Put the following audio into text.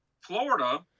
Florida